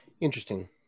Interesting